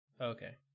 Okay